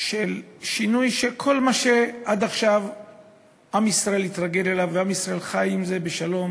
של שינוי כל מה שעם ישראל התרגל אליו עד עכשיו וחי עמו בשלום